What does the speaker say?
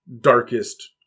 darkest